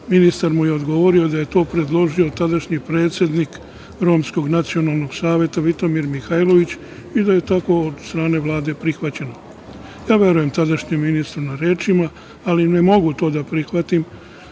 ministar mu je odgovorio da je to predložio tadašnji predsednik Romskog nacionalnog Saveta Vitomir Mihajlović, i da je tako od strane Vlade prihvaćeno. Ja verujem tadašnjem ministru na rečima, ali ne mogu to da prihvatim,